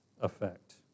effect